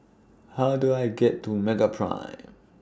How Do I get to Meraprime